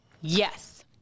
Yes